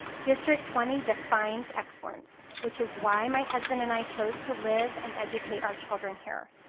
district twenty defines excellence, which is why my husband and i chose to live and educate our children here.